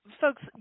folks